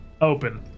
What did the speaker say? open